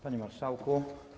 Panie Marszałku!